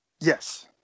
Yes